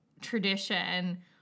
tradition